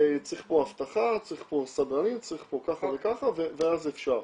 צריך אבטחה, צריך סדרנים צריך ככה וככה, ואז אפשר.